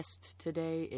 today